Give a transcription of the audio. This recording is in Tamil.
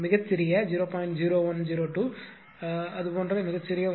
0102 அது போன்ற மிகச் சிறிய ஒன்று